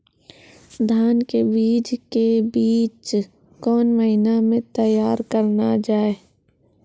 धान के बीज के बीच कौन महीना मैं तैयार करना जाए?